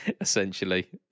essentially